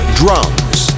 drums